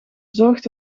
zorgt